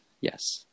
yes